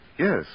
Yes